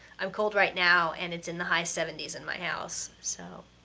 i'm cold right now, and it's in the high seventy s in my house. so.